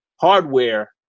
hardware